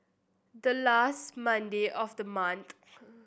the last Monday of the month